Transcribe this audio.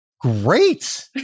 Great